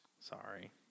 Sorry